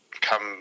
come